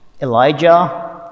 Elijah